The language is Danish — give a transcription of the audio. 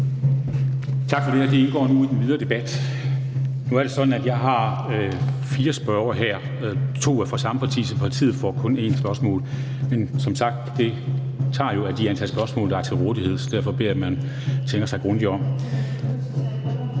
Tak for det, og det indgår nu i den videre debat. Nu er det sådan, at jeg har fire spørgere her. To er fra samme parti, og partiet får kun ét spørgsmål. Som sagt tager det jo af det antal spørgsmål, der er til rådighed, så derfor beder jeg om, at man tænker sig grundigt om.